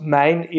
mijn